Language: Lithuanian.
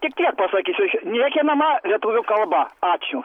tik tiek pasakysiu šiaip niekinama lietuvių kalba ačiū